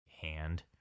hand